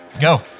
Go